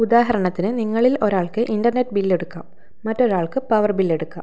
ഉദാഹരണത്തിന് നിങ്ങളിൽ ഒരാൾക്ക് ഇൻറ്റർനെറ്റ് ബില്ലെടുക്കാം മറ്റൊരാൾക്ക് പവർ ബില്ലെടുക്കാം